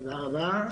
תודה רבה.